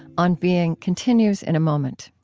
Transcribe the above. on beingcontinues in a moment